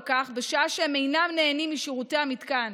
כך בשעה שהם אינם נהנים משירותי המתקן?